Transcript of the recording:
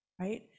right